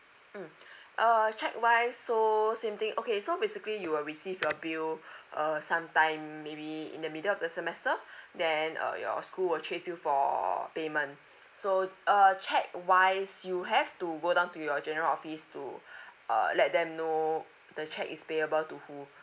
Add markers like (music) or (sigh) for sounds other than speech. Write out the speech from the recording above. mm uh cheque wise so same thing okay so basically you will receive your bill (breath) err some time maybe in the middle of the semester then uh your school will chase you for payment so uh cheque wise you have to go down to your general office to (breath) uh let them know the cheque is payable to who